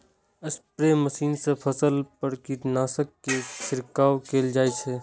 spray machine सं फसल पर कीटनाशक के छिड़काव कैल जाइ छै